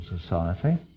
Society